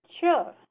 sure